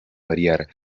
variar